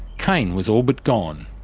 cane was all but gone.